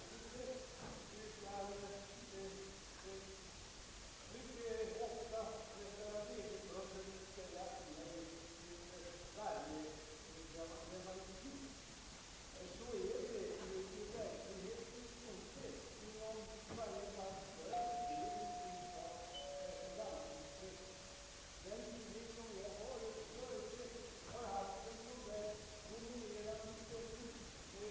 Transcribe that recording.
Herr Sörenson och andra talare kanske inte riktigt har insett, att samhällsutvecklingen skapar helt nya problem när det gäller människornas frihet och rättigheter och att det i många fall blir nödvändigt att trygga den enskildes rätt genom kollektiva åtgärder och lagar. Fru Segerstedt Wibergs inlägg behöver jag inte närmare gå in på, ty det hade mycket litet med mitt eget att göra.